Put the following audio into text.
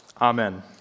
Amen